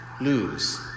lose